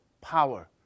power